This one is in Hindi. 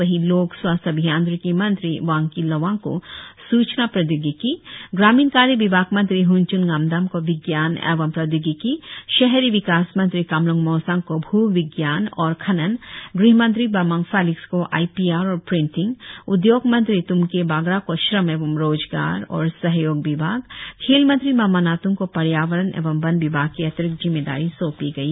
वहीं लोक स्वास्थ्य अभियांत्रिकी मंत्री वांकी लोवांग को सूचना प्रौद्योगिकी ग्रामीण कार्य विभाग मंत्री हनच्न डानदाम को विज्ञान एवं प्रौद्योगिकी शहरी विकास मंत्री कामल्ंग मोसांग को भूविज्ञान और खनन ग़हमंत्री बामांग फेलिक्स को आई पी आर और प्रिंटिंग उद्योग मंत्री त्मके बागरा को श्रम एवं रोजगार और सहयोग विभाग खेल मंत्री मामा नातंग को पर्यावरण एवं वन विभाग की अतिरिक्त जिम्मेदारी सौंपी गई